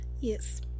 yes